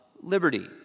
liberty